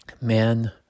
Man